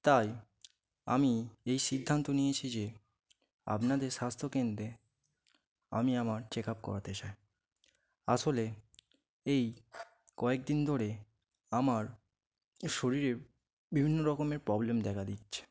তাই আমি এই সিদ্ধান্ত নিয়েছি যে আপনাদের স্বাস্থ্যকেন্দ্রে আমি আমার চেক আপ করাতে চাই আসলে এই কয়েকদিন ধরে আমার শরীরে বিভিন্ন রকমের প্রবলেম দেখা দিচ্ছে